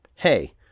Hey